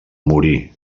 morí